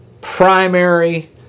primary